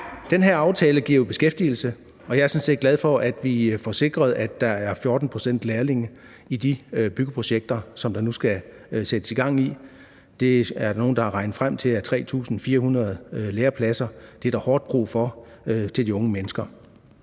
Den her aftale giver jo beskæftigelse, og jeg er sådan set glad for, at vi får sikret, at der er 14 pct. lærlinge i de byggeprojekter, som der nu skal sættes gang i. Der er nogen, der har regnet sig frem til, at der er hårdt brug for 3.400 lærepladser til de unge mennesker.